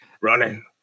running